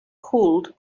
cooled